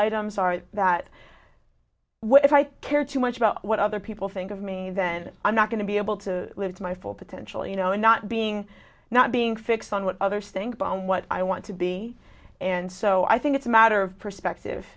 items are that what if i care too much about what other people think of me then i'm not going to be able to live my full potential you know not being not being fixed on what others think about what i want to be and so i think it's a matter of perspective